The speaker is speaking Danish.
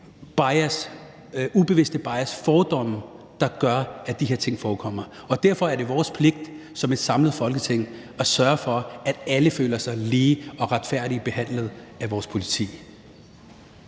ubevidste bias og fordomme, der gør, at de her ting forekommer. Derfor er det vores pligt som et samlet Folketing at sørge for, at alle føler sig lige og retfærdigt behandlet af vores politi.